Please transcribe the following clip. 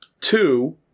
two